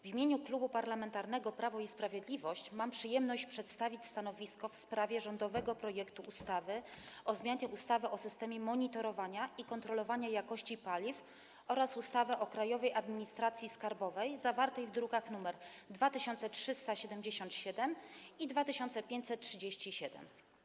W imieniu Klubu Parlamentarnego Prawo i Sprawiedliwość mam przyjemność przedstawić stanowisko w sprawie rządowego projektu ustawy o zmianie ustawy o systemie monitorowania i kontrolowania jakości paliw oraz ustawy o Krajowej Administracji Skarbowej zawartego w drukach nr 2377 i 2537.